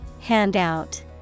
Handout